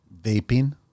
vaping